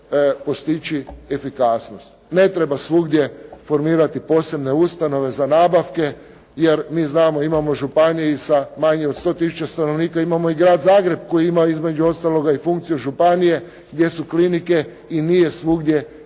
Ne treba svugdje formirati posebne ustanove za nabavke jer mi znamo, imamo u županiji sa manje od 100 tisuća stanovnika, imamo i Grad Zagreb koji ima između ostaloga i funkciju županije gdje su klinike i nije svugdje jednako